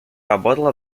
работала